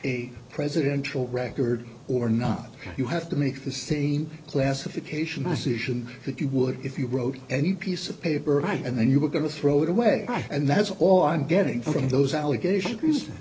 a presidential record or not you have to make the same classification decision that you would if you wrote any piece of paper and then you were going to throw it away and that's all i'm getting from those allegation